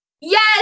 Yes